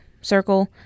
circle